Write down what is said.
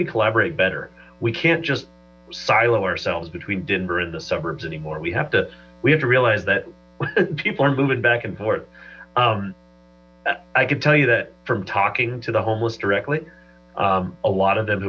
we collaborate better we can't just silo ourselves between denver and the suburbs anymore we have to we have to realize that people are moving back and forth i can tell you that from talking to the homeless directly a lot of them